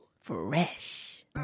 Fresh